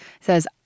says